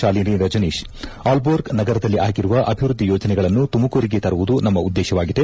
Shalini Rajneet Aalborg ನಗರದಲ್ಲಿ ಆಗಿರುವ ಅಭಿವೃದ್ದಿ ಯೋಜನೆಗಳನ್ನು ತುಮಕೂರಿಗೆ ತರುವುದು ನಮ್ನ ಉದ್ದೇಶವಾಗಿದೆ